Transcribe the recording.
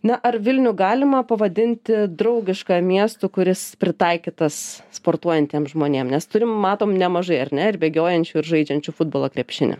na ar vilnių galima pavadinti draugišką miestu kuris pritaikytas sportuojantiem žmonėm nes turim matom nemažai ar ne ir bėgiojančių ir žaidžiančių futbolą krepšinį